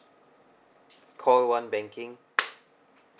call one banking